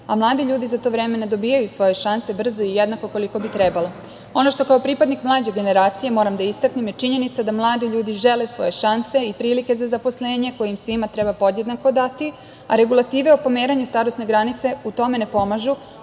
a mladi ljudi za to vreme ne dobijaju svoje šanse brzo i jednako koliko bi trebalo. Ono što kao pripadnik mlađe generacije moram da istaknem je činjenica da mladi ljudi žele svoje šanse i prilike za zaposlenje koje im svima treba podjednako dati, a regulative o pomeranju starosne granice u tome ne pomažu